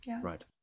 Right